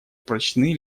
прочны